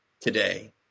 today